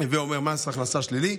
הווי אומר מס הכנסה שלילי,